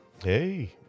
Hey